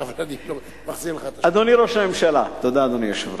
עכשיו אני מחזיר לך את, תודה, אדוני היושב-ראש.